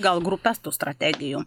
gal grupes tų strategijų